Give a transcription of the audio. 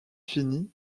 fini